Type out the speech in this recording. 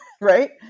right